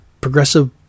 progressive